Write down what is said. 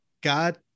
God